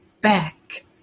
back